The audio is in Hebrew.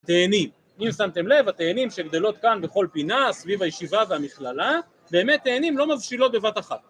תאנים, אם שמתם לב, התאנים שגדלות כאן בכל פינה, סביב הישיבה והמכללה, באמת תאנים לא מבשילות בבת אחת.